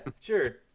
sure